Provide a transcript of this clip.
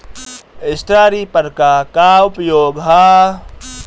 Straw reaper क का उपयोग ह?